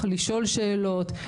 שאלת שאלות,